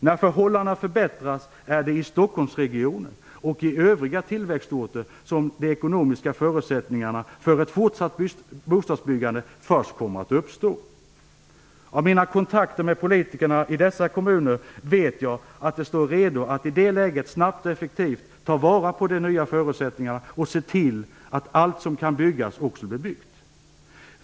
När förhållandena förbättras, är det i Stockholmsregionen och övriga tillväxtorter som de ekonomiska förutsättningarna för ett fortsatt bostadsbyggande först kommer att uppstå. Av mina kontakter med politikerna i dessa kommuner vet jag att de står redo att i det läget snabbt och effektivt ta vara på de nya förutsättningarna och se till att allt som kan byggas också blir byggt.